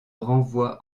renvoi